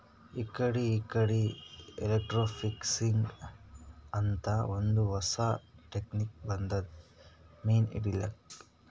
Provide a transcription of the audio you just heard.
ಇಕಡಿ ಇಕಡಿ ಎಲೆಕ್ರ್ಟೋಫಿಶಿಂಗ್ ಅಂತ್ ಒಂದ್ ಹೊಸಾ ಟೆಕ್ನಿಕ್ ಬಂದದ್ ಮೀನ್ ಹಿಡ್ಲಿಕ್ಕ್